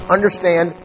Understand